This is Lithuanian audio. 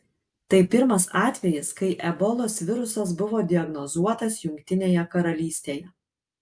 tai pirmas atvejis kai ebolos virusas buvo diagnozuotas jungtinėje karalystėje